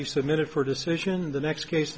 be submitted for decision in the next case